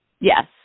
Yes